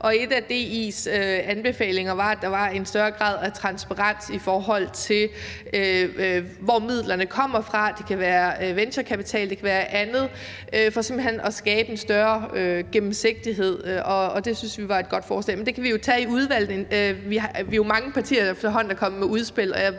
En af DI's anbefalinger var, at der kom en større grad af transparens i forhold til, hvor midlerne kommer fra – det kan være venturekapital, det kan være andet – for simpelt hen at skabe en større gennemsigtighed, og det synes vi var et godt forslag. Men det kan vi jo tage i udvalget. Vi er jo mange partier efterhånden, der er kommet med udspil,